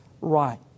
right